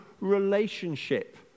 relationship